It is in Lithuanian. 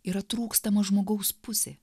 yra trūkstama žmogaus pusė